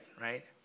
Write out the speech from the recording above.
right